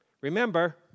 Remember